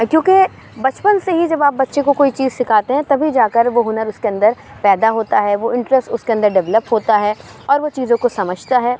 کیونکہ بچپن سے ہی جب آپ بچے کو کوئی چیز سکھاتے ہیں تبھی جا كر وہ ہُنر اُس كے اندر پیدا ہوتا ہے وہ انٹرسٹ اُس كے اندر ڈیولپ ہوتا ہے اور وہ چیزوں کو کچھ سمجھتا ہے